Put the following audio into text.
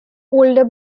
older